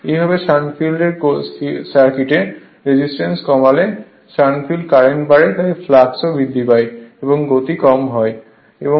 একইভাবে shunt field সার্কিটে resistance কমলে শান্ট ফিল্ড কারেন্ট বাড়ে তাই ফ্লাক্স বাড়ে এবং গতি কম হয় এটি এর একটি পদ্ধতি